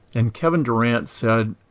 and kevin durant said,